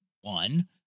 one